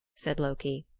said loki.